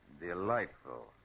Delightful